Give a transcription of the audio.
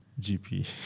GP